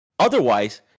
Otherwise